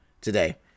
today